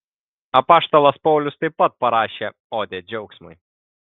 apaštalas paulius taip pat parašė odę džiaugsmui